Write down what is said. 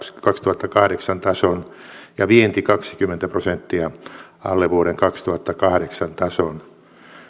kaksituhattakahdeksan tason ja vienti kaksikymmentä prosenttia alle vuoden kaksituhattakahdeksan tason